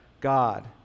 God